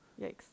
Yikes